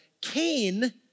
Cain